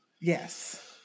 Yes